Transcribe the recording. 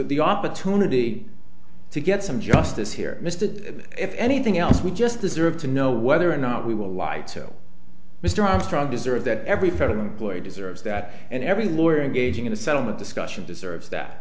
the opportunity to get some justice here mr if anything else we just deserve to know whether or not we will light so mr armstrong deserve that every federal employee deserves that and every lawyer and gauging in the settlement discussion deserves that